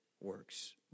works